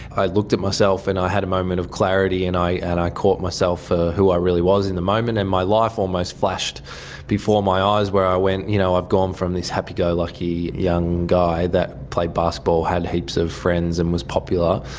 i looked at myself and i had a moment of clarity and i and i caught myself for who i really was in the moment, and my life almost flashed before my eyes where i went, you know, i've gone from this happy-go-lucky young guy that played basketball, had heaps of friends and was popular,